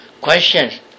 questions